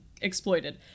exploited